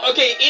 Okay